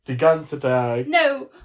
No